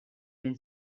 been